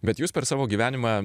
bet jūs per savo gyvenimą